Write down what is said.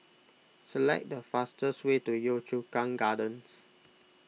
select the fastest way to Yio Chu Kang Gardens